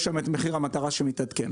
יש שם את מחיר המטרה שמתעדכן.